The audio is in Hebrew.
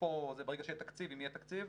ברגע שיהיה תקציב, אם יהיה תקציב,